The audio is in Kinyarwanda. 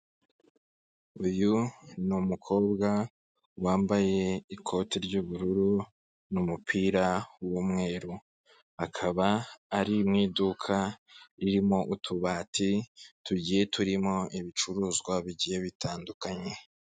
Uyu ni umukobwa wambaye ikote ry'ubururu n'umupira w'umweru, akaba ari mu iduka ririmo utubati tugiye turimo ibicuruzwa bigiye bitandukanye.